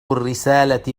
الرسالة